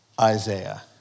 Isaiah